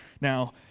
Now